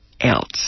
else